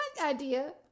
idea